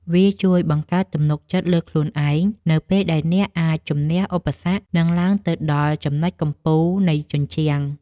វាជួយបង្កើតទំនុកចិត្តលើខ្លួនឯង នៅពេលដែលអ្នកអាចជម្នះឧបសគ្គ និងឡើងទៅដល់ចំណុចកំពូលនៃជញ្ជាំង។